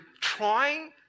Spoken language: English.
trying